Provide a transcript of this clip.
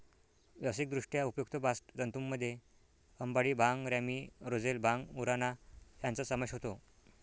व्यावसायिकदृष्ट्या उपयुक्त बास्ट तंतूंमध्ये अंबाडी, भांग, रॅमी, रोझेल, भांग, उराणा यांचा समावेश होतो